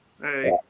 hey